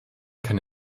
kann